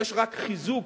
יש רק חיזוק